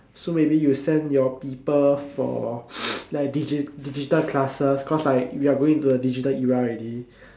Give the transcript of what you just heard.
so maybe you send your people for like digit~ digital classes cause like we are going into the digital era already